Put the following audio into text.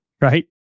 Right